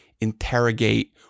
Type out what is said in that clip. interrogate